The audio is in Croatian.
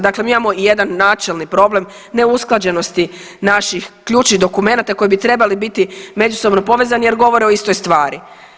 Dakle, mi imamo i jedan načelni problem, neusklađenosti naših ključnih dokumenata koji bi trebali biti međusobno povezani jer govore o istoj stvari.